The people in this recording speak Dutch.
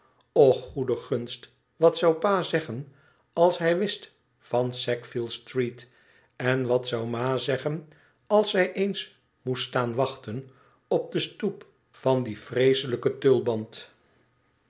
och goede gunst wat zou pa zeggen als hij wist van sackville street en wat zou ma zeggen als zij eens moest staan wachten op de stoep van die vreeselijke tulband